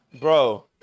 Bro